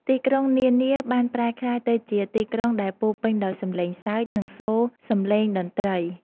ទីក្រុងនានាបានប្រែក្លាយទៅជាទីក្រុងដែលពោរពេញដោយសំឡេងសើច និងសូរសំឡេងតន្ត្រី។